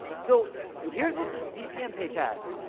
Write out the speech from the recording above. so here's what this vpn page has,